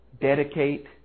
dedicate